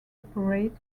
operate